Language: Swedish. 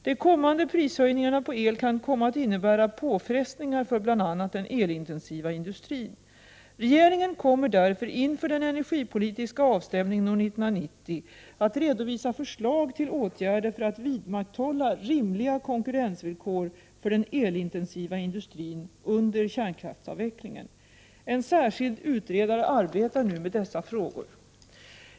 De kommande prishöjningarna på el kan komma att innebära påfrestningar för bl.a. den elintensiva industrin. Regeringen kommer därför inför den energipolitiska avstämningen år 1990 att redovisa förslag till åtgärder för att vidmakthålla rimliga konkurrensvillkor för den elintensiva industrin under kärnkraftsavvecklingen. En särskild utredare arbetar nu med dessa frågor.